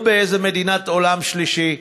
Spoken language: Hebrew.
לא באיזה מדינת העולם השלישי,